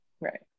Right